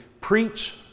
preach